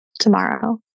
tomorrow